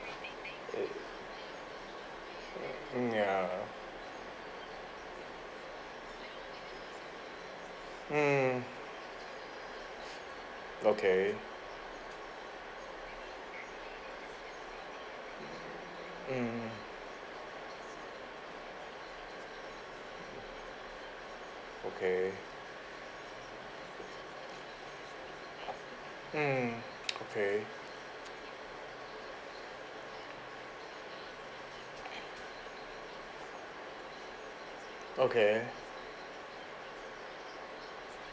mm ya mm okay mm okay mm okay okay